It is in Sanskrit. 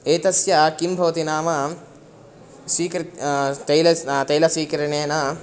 एतस्य किं भवति नाम स्वीकृत् तैल स्ना तैलं स्वीकरणेन